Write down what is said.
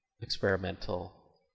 experimental